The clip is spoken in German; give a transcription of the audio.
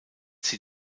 sie